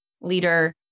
leader